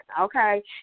okay